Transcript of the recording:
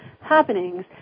happenings